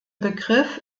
begriff